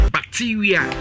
Bacteria